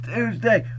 Tuesday